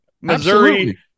Missouri